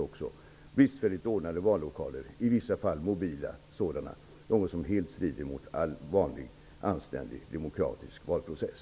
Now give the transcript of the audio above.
Det förekom bristfälligt ordnade vallokaler, och i vissa fall mobila sådana, något som helt strider mot all vanlig anständig demokratisk valprocess.